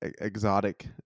Exotic